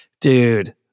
Dude